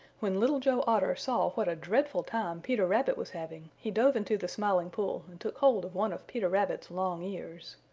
when little joe otter saw what a dreadful time peter rabbit was having he dove into the smiling pool and took hold of one of peter rabbit's long ears.